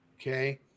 okay